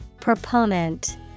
Proponent